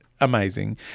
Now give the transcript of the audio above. Amazing